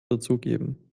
dazugeben